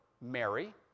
Mary